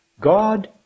God